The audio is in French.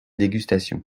dégustation